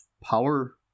power